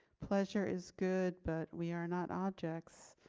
pleasure is good, but we are not objects.